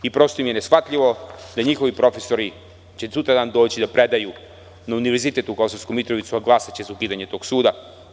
Prosto im je neshvatljivo da njihovi profesori će sutradan doći da predaju na Univerzitet u Kosovskoj Mitrovici, a glasaće za ukidanje tog suda.